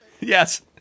Yes